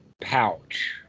pouch